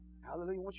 Hallelujah